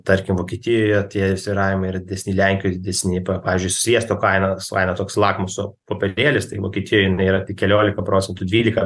tarkim vokietijoje tie svyravimai yra didesni lenkijoj didesni pa pavyzdžiui sviesto kaina savaime toks lakmuso popierėlis tai vokietijoje jinai yra tik keliolika procentų dvylika